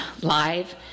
live